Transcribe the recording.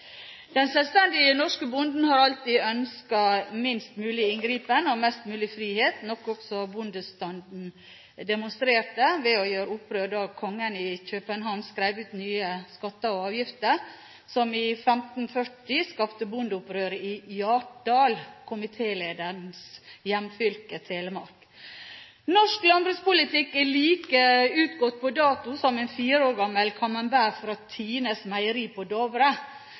Den selvstendige norske bonden har alltid ønsket minst mulig inngripen og mest mulig frihet, noe som bondestanden demonstrerte ved å gjøre opprør da kongen i København skrev ut nye skatter og avgifter, som i 1540 skapte bondeopprør i Hjartdal, i komitélederens hjemfylke Telemark. «Norsk landbrukspolitikk er like utgått på dato som en fire år gammel camembert fra Tines meieri på Dovre»,